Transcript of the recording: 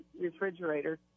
refrigerator